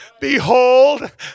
Behold